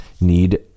need